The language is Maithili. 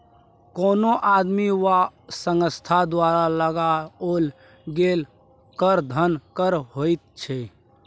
कोनो आदमी वा संस्था द्वारा लगाओल गेल कर धन कर होइत छै